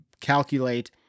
calculate